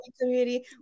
community